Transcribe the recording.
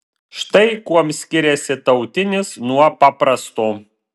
štai kuom skiriasi tautinis nuo paprasto